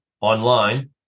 online